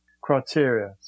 criteria